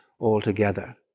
altogether